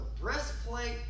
breastplate